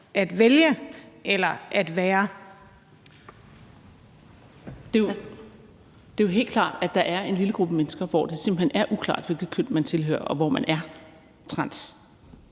Marie Krarup (DF): Det er jo helt klart, at der er en lille gruppe mennesker, hvor det simpelt hen er uklart, hvilket køn man tilhører, og hvor man er trans,